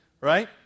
Right